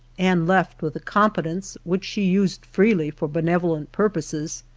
and left with a competence, which she used freely for benevolent purposes,